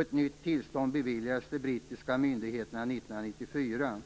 Ett nytt tillstånd beviljades av de brittiska myndigheterna 1994.